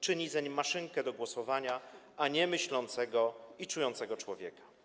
Czyni zeń maszynkę do głosowania, a nie myślącego i czującego człowieka.